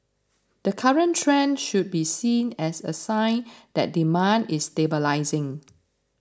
the current trend should be seen as a sign that demand is stabilising